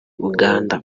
uganda